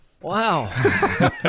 wow